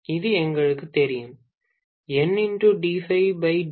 இது எங்களுக்குத் தெரியும் N